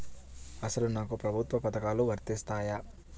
అసలు నాకు ప్రభుత్వ పథకాలు వర్తిస్తాయా?